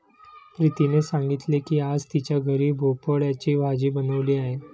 प्रीतीने सांगितले की आज तिच्या घरी भोपळ्याची भाजी बनवली आहे